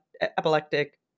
epileptic